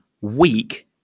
weak